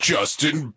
Justin